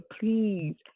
please